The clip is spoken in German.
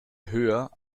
höher